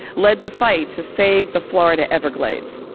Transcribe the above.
led the fight to save the florida everglades.